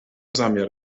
zamiar